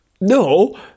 no